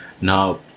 now